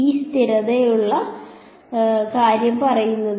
ഈ മനുഷ്യൻ സ്ഥിരതയുള്ള ആളാണ്